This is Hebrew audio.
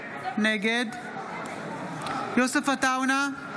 נגד יוסף עטאונה,